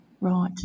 Right